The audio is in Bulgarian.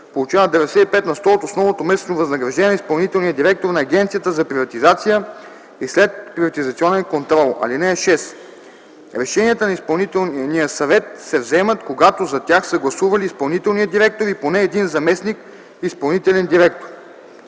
получават 95 на сто от основното месечно възнаграждение на изпълнителния директор на Агенцията за приватизация и следприватизационен контрол. (6) Решенията на изпълнителния съвет се вземат, когато за тях са гласували изпълнителният директор и поне един заместник изпълнителен директор.